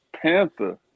panther